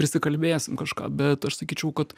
prisikalbėsim kažką bet aš sakyčiau kad